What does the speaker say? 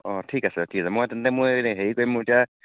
অ ঠিক আছে ঠিক আছে মই তেন্তে মই হেৰি কৰিম মোৰ এতিয়া